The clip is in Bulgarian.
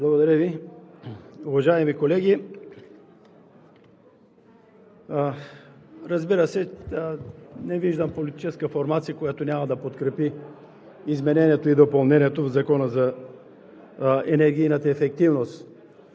Благодаря Ви. Уважаеми колеги! Разбира се, не виждам политическа формация, която няма да подкрепи изменението и допълнението в Закона за енергийната ефективност.